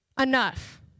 enough